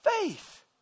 faith